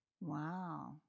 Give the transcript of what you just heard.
Wow